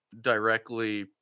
directly